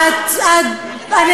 מה הנקודה?